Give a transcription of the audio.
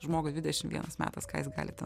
žmogui dvidešim vienas metas ką jis gali ten